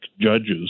judges